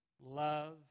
love